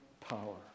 power